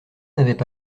n’avaient